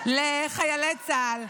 לחיילי צה"ל.